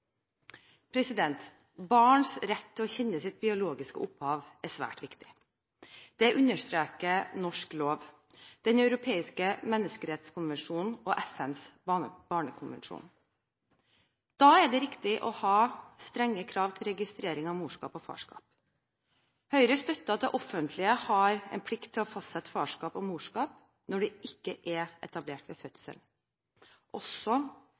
Barns rett til å kjenne sitt biologiske opphav er svært viktig. Det understreker norsk lov, Den europeiske menneskerettskonvensjonen og FNs barnekonvensjon. Da er det riktig å ha strenge krav til registrering av morskap og farskap. Høyre støtter at det offentlige har en plikt til å fastsette farskap og morskap når det ikke er etablert ved fødselen. Det gjelder også